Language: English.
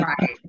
right